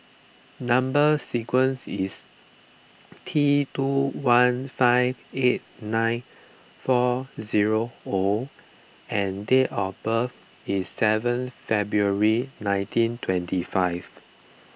Number Sequence is T two one five eight nine four zero O and date of birth is seven February nineteen twenty five